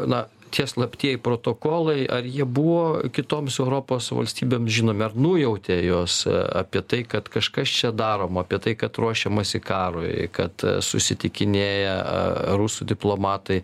na čia slaptieji protokolai ar jie buvo kitoms europos valstybėms žinomi ar nujautė jos apie tai kad kažkas čia daroma apie tai kad ruošiamasi karui kad susitikinėja rusų diplomatai